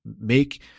make